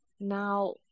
Now